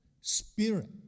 spirit